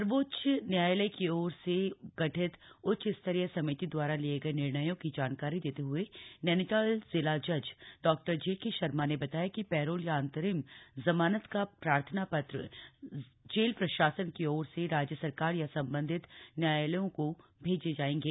सर्वोच्च न्यायालय की ओर से गठित उच्च स्तरीय समिति द्वारा लिए गए निर्णयों की जानकारी देते हये नैनीताल जिला जज डॉ जेके शर्मा ने बताया कि पैरोल या अन्तरिम जमानत का प्रार्थना पत्र जेल प्रशासन की ओर से राज्य सरकार या सम्बन्धित न्यायालयों को भेजे जायेंगे